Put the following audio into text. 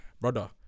Brother